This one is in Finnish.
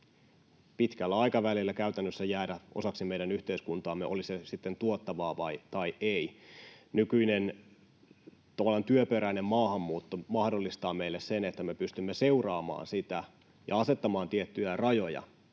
pitkällä aikavälillä käytännössä jäädä osaksi meidän yhteiskuntaamme, oli se sitten tuottavaa tai ei. Nykyinen, tavallaan työperäinen maahanmuutto mahdollistaa meille sen, että me pystymme seuraamaan sitä ja asettamaan tiettyjä rajoja,